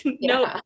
no